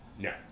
No